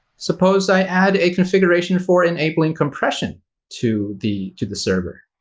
suppose i add a configuration for enabling compression to the to the server.